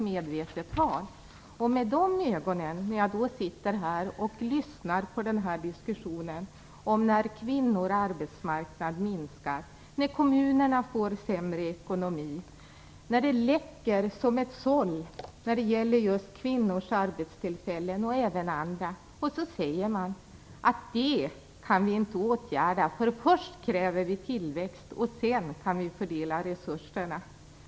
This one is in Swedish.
Med det för ögonen sitter jag här och lyssnar på den här diskussionen om att kvinnors arbetsmarknad minskar, att kommunerna får sämre ekonomi, att det läcker som ett såll när det gäller just kvinnors arbetstillfällen och även andra. Då säger man att det inte kan åtgärdas därför att man först kräver tillväxt och sedan kan fördela resurserna.